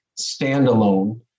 standalone